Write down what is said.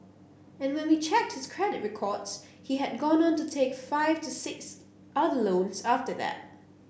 and when we checked his credit records he had gone on to take five to six other loans after that